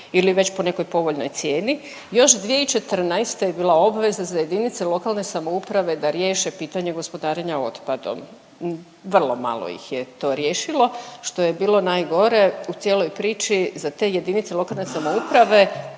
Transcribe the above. ili već po nekoj povoljnoj cijeni. Još 2014. je bila obveza za jedinice lokalne samouprave da riješe pitanje gospodarenja otpadom. Vrlo malo ih je to riješilo. Što je bilo najgore u cijeloj priči za te jedinice lokalne samouprave